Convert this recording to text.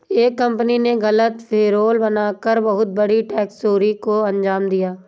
एक कंपनी ने गलत पेरोल बना कर बहुत बड़ी टैक्स चोरी को अंजाम दिया